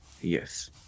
Yes